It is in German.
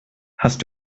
hast